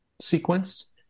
sequence